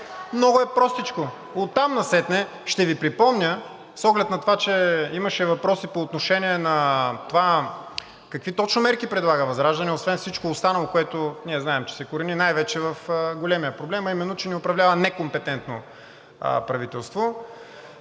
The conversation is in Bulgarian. Много е простичко! Оттам насетне ще Ви припомня с оглед на това, че имаше въпроси по отношение на това какви точно мерки предлага ВЪЗРАЖДАНЕ, освен всичко останало, което ние знаем, че се корени най-вече в големия проблем, а именно, че ни управлява некомпетентно правителство.